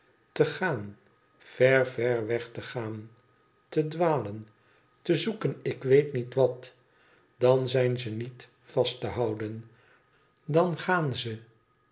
te gaan ver ver weg te gaan te dwalen te zoeken ik weet niet wat dan zijn ze niet vast te houden dan gaan ze